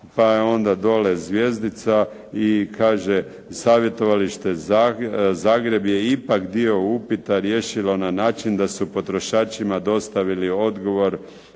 pa je onda dole zvjezdica i kaže savjetovalište Zagreb je ipak dio upita riješilo na način da su potrošačima dostavili odgovor